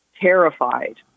terrified